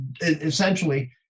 Essentially